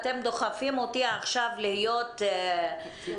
אתם דוחפים אותי עכשיו להיות המגינה,